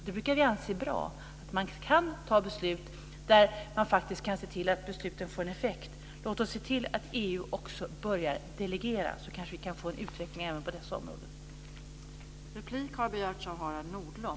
Det brukar vi anse vara bra, att man kan fatta beslut och att man faktiskt kan se till att besluten får en effekt. Låt oss se till att EU också börjar delegera, så kanske vi kan få en utveckling även på dessa områden.